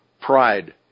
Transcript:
pride